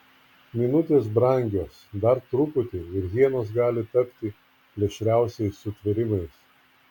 minutės brangios dar truputį ir hienos gali tapti plėšriausiais sutvėrimais